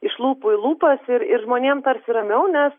iš lūpų į lūpas ir ir žmonėm tarsi ramiau nes